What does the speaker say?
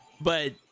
but-